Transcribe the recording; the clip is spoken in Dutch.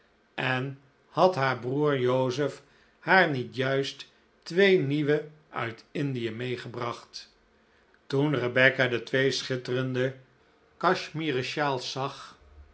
en had haar broer joseph haar niet juist twee nieuwe uit indie meegebracht toen rebecca de twee schitterende cachemieren sjaals zag